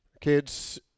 Kids